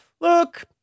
Look